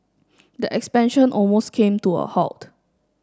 the expansion almost came to a halt